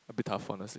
a bit tough honestly